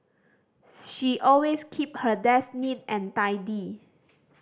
she always keep her desk neat and tidy